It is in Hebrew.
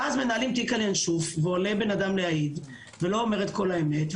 מנהלים תיק על ינשוף ועולה אדם להעיד ולא אומר את כל האמת,